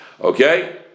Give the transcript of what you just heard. Okay